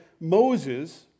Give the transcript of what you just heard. Moses